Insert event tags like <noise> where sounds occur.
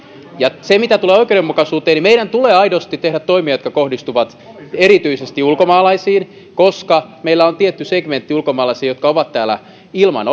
ja mitä tulee oikeudenmukaisuuteen niin meidän tulee aidosti tehdä toimia jotka kohdistuvat erityisesti ulkomaalaisiin koska meillä on tietty segmentti ulkomaalaisia jotka ovat täällä ilman <unintelligible>